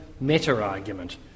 meta-argument